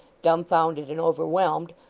dumbfoundered, and overwhelmed,